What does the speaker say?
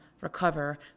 recover